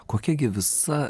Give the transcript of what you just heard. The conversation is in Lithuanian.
kokia gi visa